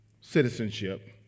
citizenship